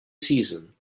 season